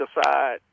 aside